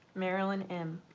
marilyn m.